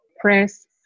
press